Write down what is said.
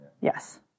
Yes